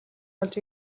болж